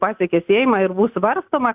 pasiekė seimą ir bus svarstoma